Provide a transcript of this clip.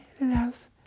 love